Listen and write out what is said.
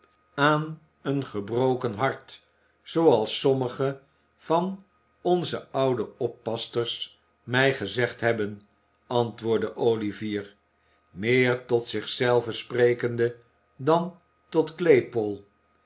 aan een gebroken hart zooals sommige van onze oude oppassters mij gezegd hebben ant j woordde olivier meer tot zich zelven sprekende dan tot